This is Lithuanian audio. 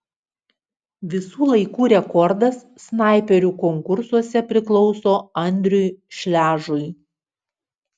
visų laikų rekordas snaiperių konkursuose priklauso andriui šležui